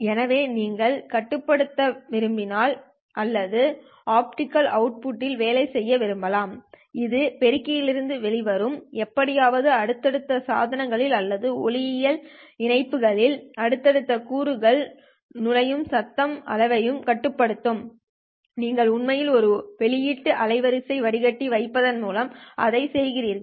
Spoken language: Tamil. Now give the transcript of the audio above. எனவே நீங்கள் கட்டுப்படுத்த விரும்பினால் அல்லது ஆப்டிகல் அவுட்புட் இல் வேலை செய்ய விரும்பினால் இது பெருக்கியிலிருந்து வெளிவருகிறது எப்படியாவது அடுத்தடுத்த சாதனங்களில் அல்லது ஒளியியல் இணைப்பு அடுத்தடுத்த கூறுகள் நுழையும் சத்தம் அளவையும் கட்டுப்படுத்த வேண்டும் நீங்கள் உண்மையில் ஒரு வெளியீட்டு அலைவரிசை வடிகட்டி வைப்பதன் மூலம் அதைச் செய்கிறீர்கள்